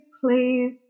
please